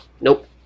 Nope